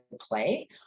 play